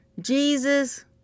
Jesus